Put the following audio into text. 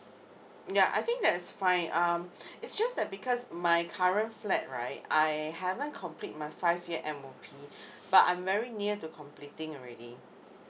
ya I think that's fine um it's just that because my current flat right I haven't complete my five year M O P but I'm very near to completing already